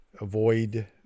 avoid